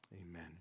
amen